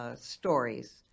stories